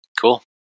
Cool